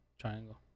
triangle